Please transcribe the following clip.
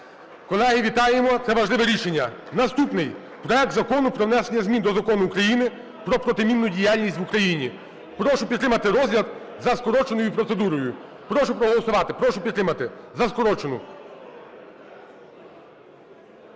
Колеги, вітаємо, це важливе рішення. Наступний проект Закону про внесення змін до Закону України "Про протимінну діяльність в Україні". Прошу підтримати розгляд за скороченою процедурою. Прошу проголосувати. Прошу підтримати за скорочену.